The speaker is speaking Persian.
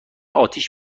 اتیش